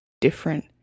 different